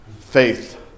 faith